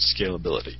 scalability